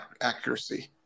accuracy